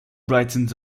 brightened